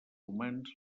humans